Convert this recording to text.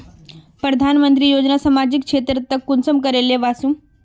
प्रधानमंत्री योजना सामाजिक क्षेत्र तक कुंसम करे ले वसुम?